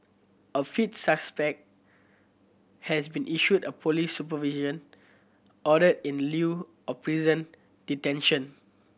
a fifth suspect has been issued a police supervision order in lieu of prison detention